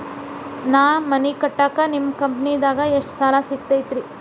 ನಾ ಮನಿ ಕಟ್ಟಾಕ ನಿಮ್ಮ ಕಂಪನಿದಾಗ ಎಷ್ಟ ಸಾಲ ಸಿಗತೈತ್ರಿ?